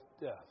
death